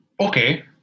okay